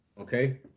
Okay